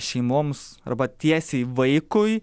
šeimoms arba tiesiai vaikui